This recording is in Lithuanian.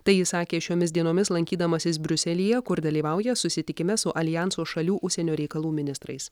tai jis sakė šiomis dienomis lankydamasis briuselyje kur dalyvauja susitikime su aljanso šalių užsienio reikalų ministrais